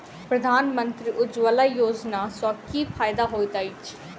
प्रधानमंत्री उज्जवला योजना सँ की फायदा होइत अछि?